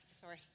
Sorry